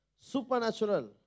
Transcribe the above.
supernatural